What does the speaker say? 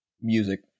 music